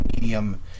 medium